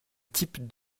type